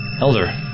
Elder